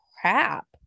crap